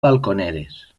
balconeres